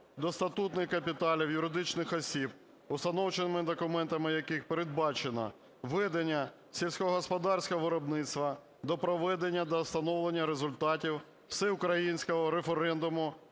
до статутних капіталів юридичних осіб, установчими документами яких передбачено ведення сільськогосподарського виробництва, до проведення та встановлення результатів всеукраїнського референдуму